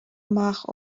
amach